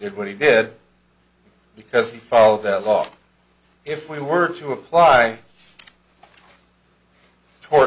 did what he did because the follow that law if we were to apply tort